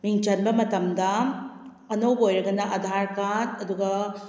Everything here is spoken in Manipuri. ꯃꯤꯡ ꯆꯟꯕ ꯃꯇꯝꯗ ꯑꯅꯧꯕ ꯑꯣꯏꯔꯒꯅ ꯑꯥꯗꯥꯔ ꯀꯥꯔꯗ ꯑꯗꯨꯒ